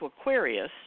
Aquarius